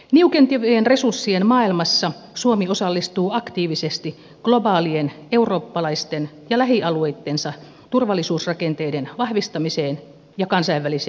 niukentuvien resurssien maailmassa suomi osallistuu aktiivisesti globaalien eurooppalaisten ja lähialueittensa turvallisuusrakenteiden vahvistamiseen ja kansainväliseen yhteistyöhön